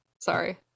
Sorry